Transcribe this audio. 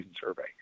survey